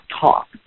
talk